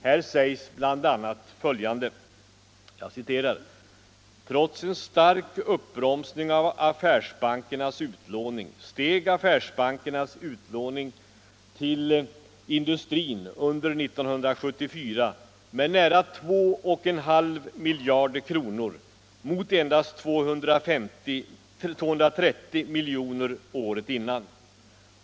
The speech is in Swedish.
Där sägs bl.a. följande: ”Trots en stark uppbromsning av affärsbankernas utlåning, steg affärsbankernas utlåning till industrin” — under 1974 —- ”med nära 21/2 miljarder kronor mot endast 230 miljoner kronor året innan.